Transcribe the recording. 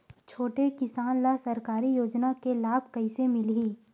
छोटे किसान ला सरकारी योजना के लाभ कइसे मिलही?